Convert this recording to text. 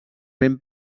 ben